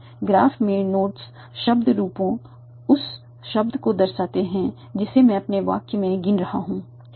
graph में nodes शब्द रूपों उस शब्द को दर्शाते हैं जिसे मैं अपने वाक्य में गिन रहा हूं